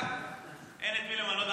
אין את מי למנות,